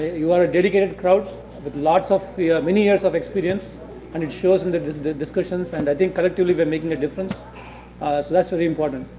you are a dedicated crowd with lots of many years of experience and it shows and in the discussions. and i think collectively we are making a difference so that's very important.